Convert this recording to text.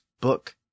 book